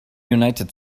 united